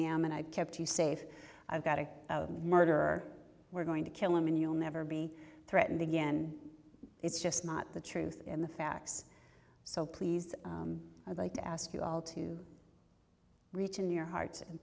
am and i kept you safe i've got a murder we're going to kill and you'll never be threatened again it's just not the truth in the facts so please i'd like to ask you all to reach in your heart and